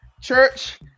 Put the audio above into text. church